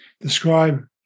describe